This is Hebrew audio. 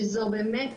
שזו באמת,